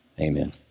Amen